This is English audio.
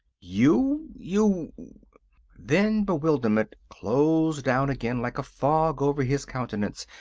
you you then bewilderment closed down again like a fog over his countenance.